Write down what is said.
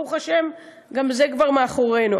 ברוך השם, גם זה כבר מאחורינו.